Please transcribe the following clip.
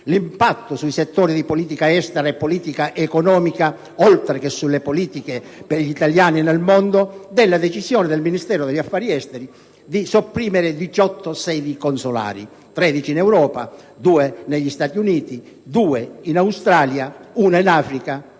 l'impatto sui settori di politica estera e politica economica, oltre che sulle politiche per gli italiani nel mondo, della decisione del Ministero degli affari esteri di sopprimere 18 sedi consolari (13 in Europa, 2 negli Stati Uniti, 2 in Australia, 1 in Africa)